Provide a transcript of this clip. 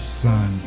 son